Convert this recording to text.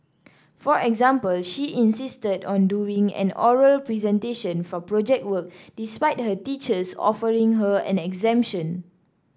for example she insisted on doing an oral presentation for Project Work despite her teachers offering her an exemption